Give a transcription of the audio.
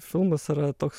filmas yra toks